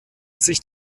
sich